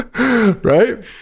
right